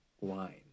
wine